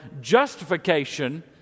justification